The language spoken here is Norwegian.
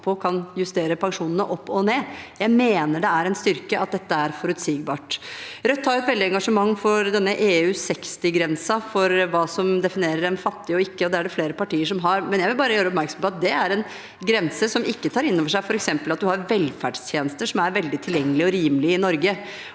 kan justere pensjonene opp og ned. Jeg mener det er en styrke at dette er forutsigbart. Rødt har et veldig engasjement for denne EU60grensen for hva som definerer en fattig og ikke, og det er det flere partier som har, men jeg vil bare gjøre oppmerksom på at det er en grense som ikke tar inn over seg f.eks. at man har velferdstjenester som er veldig tilgjengelige og rimelige i Norge.